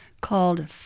called